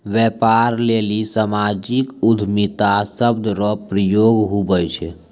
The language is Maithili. व्यापार लेली सामाजिक उद्यमिता शब्द रो प्रयोग हुवै छै